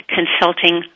Consulting